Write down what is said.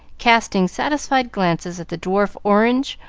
casting satisfied glances at the dwarf orange,